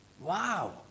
Wow